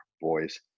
boys